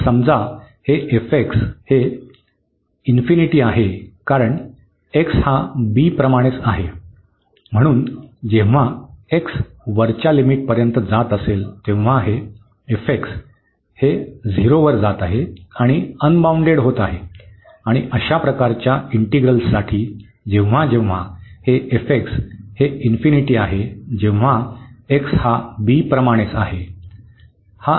तर समजा हे हे आहे कारण x हा b प्रमाणेच आहे म्हणून जेव्हा x वरच्या लिमिटपर्यंत जात असेल तेव्हा हे हे 0 वर जात आहे आणि अनबाउंडेड होत आहे आणि अशा प्रकारच्या इंटिग्रल्ससाठी जेव्हा जेव्हा हे हे आहे जेव्हा x हा b प्रमाणेच आहे